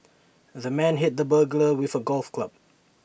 the man hit the burglar with A golf club